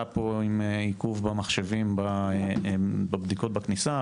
פה עם העיכוב במחשבים בבדיקות בכניסה,